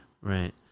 right